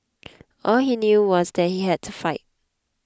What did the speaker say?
all he knew was that he had to fight